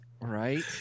Right